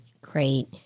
great